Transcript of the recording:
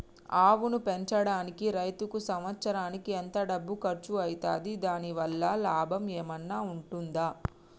ఆవును పెంచడానికి రైతుకు సంవత్సరానికి ఎంత డబ్బు ఖర్చు అయితది? దాని వల్ల లాభం ఏమన్నా ఉంటుందా?